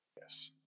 Yes